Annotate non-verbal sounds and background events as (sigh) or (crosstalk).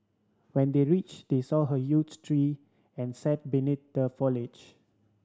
when they reach they saw her (unintelligible) tree and sat beneath the foliage